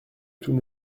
tout